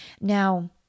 Now